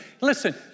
Listen